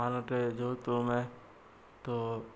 मानुटय जो तुम्हें तो